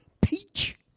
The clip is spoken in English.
peach